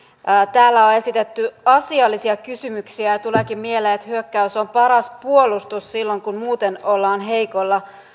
täällä on esitetty asiallisia kysymyksiä ja tuleekin mieleen että hyökkäys on paras puolustus silloin kun muuten ollaan heikoilla